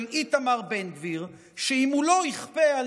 של איתמר בן גביר שאם הוא לא יכפה על